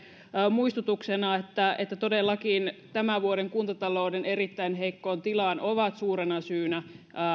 muistutuksena että että todellakin tämän vuoden kuntatalouden erittäin heikkoon tilaan ovat suurena syynä